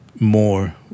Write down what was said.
more